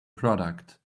product